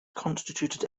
constituted